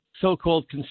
so-called